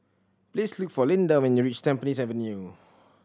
please look for Lynda when you reach Tampines Avenue